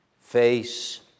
Face